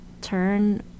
turn